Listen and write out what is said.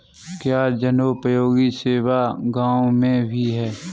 क्या जनोपयोगी सेवा गाँव में भी है?